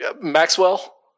Maxwell